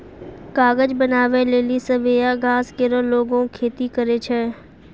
कागज बनावै लेलि सवैया घास केरो लोगें खेती करै छै